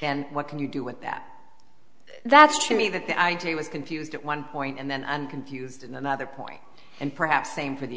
and what can you do with that that's to me that the id was confused at one point and then confused in another point and perhaps same for the